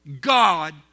God